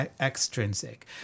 extrinsic